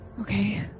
Okay